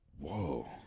whoa